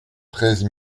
treize